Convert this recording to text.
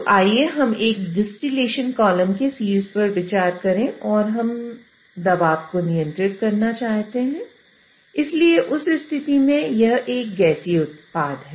तो आइए हम एक डिस्टलेशन कॉलम के शीर्ष पर विचार करें और हम दबाव को नियंत्रित करना चाहते हैं इसलिए उस स्थिति में यह एक गैसीय उत्पाद है